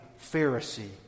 Pharisee